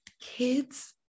kids